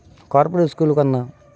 corporate స్కూళ్ళు కన్నా